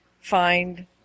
find